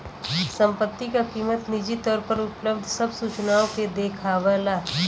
संपत्ति क कीमत निजी तौर पर उपलब्ध सब सूचनाओं के देखावला